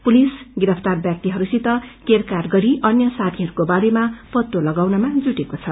police गिरफ्तार व्याक्तिहरूसित केरकार गरी अन्य साथीहरूको बारेमा पत्ते लगाउनमा जुटेको छ